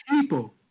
people